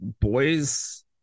boys